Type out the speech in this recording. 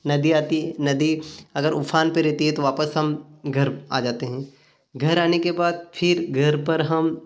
नदी आती है नदी अगर उफान पर रहती है तो वापस हम घर आ जाते हैँ घर आने के बाद फिर घर पर हम